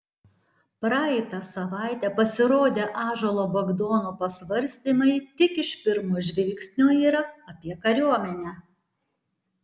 praeitą savaitę pasirodę ąžuolo bagdono pasvarstymai tik iš pirmo žvilgsnio yra apie kariuomenę